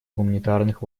гуманитарных